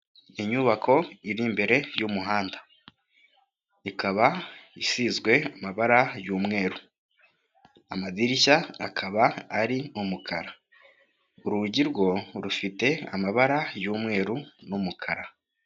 Amabati y'inzu asize ibara ry'ikigina, ari impande y'igiti gifite amashami menshi. Hakurya hariho agasozi kariho amazu menshi yegeranye, asize amabara atandukanye, ndetse n'ikibuga cy'umupira cyitwa sitade Arena.